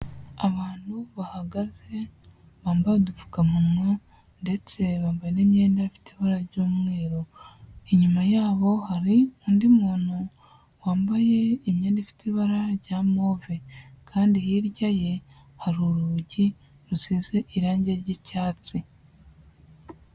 Abantu bahagaze bambaye udupfukamunwa ndetse bambaye n'imyenda ifite ibara ry'umweru, inyuma yabo hari undi muntu wambaye imyenda ifite ibara rya move kandi hirya ye, hari urugi rusize irangi ry'icyatsi.